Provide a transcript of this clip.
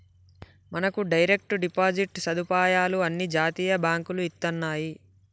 మనకు direct deposit సదుపాయాలు అన్ని జాతీయ బాంకులు ఇత్తన్నాయి